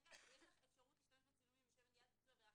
כרגע יש לך אפשרות להשתמש בצילומים לשם מניעת ביצוע עבירה,